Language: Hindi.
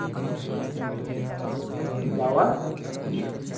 क्या हुआ